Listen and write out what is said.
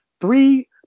three